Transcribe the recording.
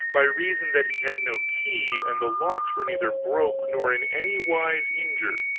by reason that he had no key, and the locks were neither broke nor in any wise injured.